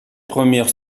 premières